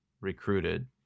recruited